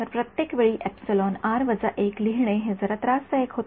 तर प्रत्येक वेळी लिहिणे हे जरा त्रासदायक होते